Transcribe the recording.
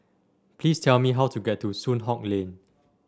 please tell me how to get to Soon Hock Lane